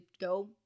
go